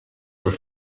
were